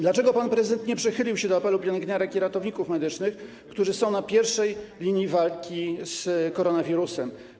Dlaczego pan prezydent nie przychylił się do apelu pielęgniarek i ratowników medycznych, którzy są na pierwszej linii walki z koronawirusem?